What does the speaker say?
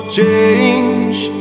change